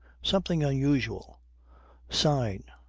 something unusual sign,